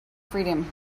freedom